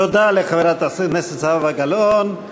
תודה לחברת הכנסת זהבה גלאון.